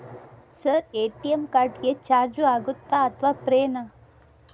Sir ATM card ಗೆ charge ಆಗುತ್ತಾ ಅಥವಾ ಫ್ರೇ ನಾ?